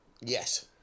Yes